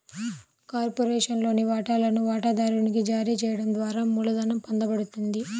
కార్పొరేషన్లోని వాటాలను వాటాదారునికి జారీ చేయడం ద్వారా మూలధనం పొందబడుతుంది